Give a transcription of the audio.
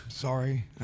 Sorry